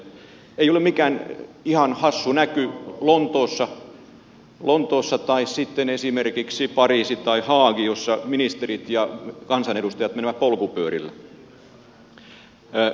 ei ole mikään ihan hassu näky lontoossa tai sitten esimerkiksi pariisissa tai haagissa kun ministerit ja kansanedustajat menevät polkupyörillä